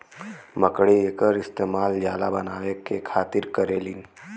मकड़ी एकर इस्तेमाल जाला बनाए के खातिर करेलीन